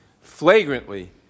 flagrantly